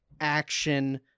action